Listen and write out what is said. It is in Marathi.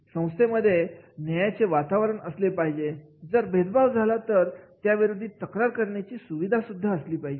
संस्थेमध्ये न्यायाचे वातावरण असलं पाहिजे जर भेदभाव झाला तर त्या विरोधी तक्रार करण्यासाठी सुविधा असली पाहिजे